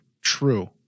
true